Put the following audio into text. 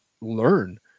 learn